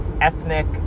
ethnic